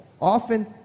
Often